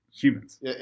Humans